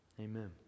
amen